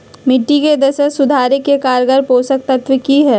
मिट्टी के दशा सुधारे के कारगर पोषक तत्व की है?